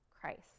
Christ